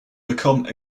become